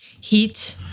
heat